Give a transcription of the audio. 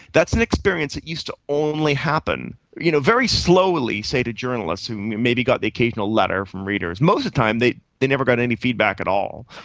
that's an experience that used to only happen you know very slowly, say, to journalists who maybe got the occasional letter from readers. most of the time they they never got any feedback at all.